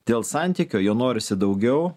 dėl santykio jo norisi daugiau